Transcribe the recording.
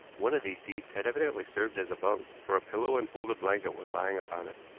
one of these seats had evidently served as a bunk, for a pillow and folded blanket were lying upon it.